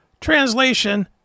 Translation